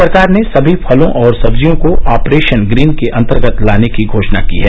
सरकार ने सभी फलों और सब्जियों को ऑपरेशन ग्रीन के अंतर्गत लाने की घोषणा की है